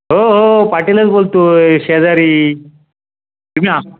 हो हो पाटीलच बोलत आहे शेजारी तुम्ही